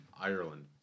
Ireland